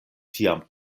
tiam